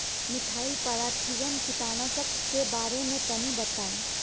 Methyl parathion कीटनाशक के बारे में तनि बताई?